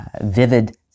vivid